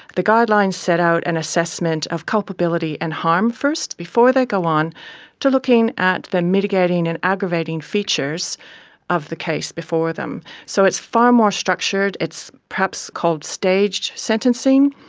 the guidelines set out an assessment of culpability and harm first before they go on to looking at the mitigating and aggravating features of the case before them. so it's far more structured. it's perhaps called staged sentencing.